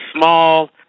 small